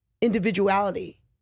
individuality